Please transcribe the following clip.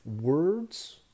words